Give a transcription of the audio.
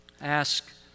ask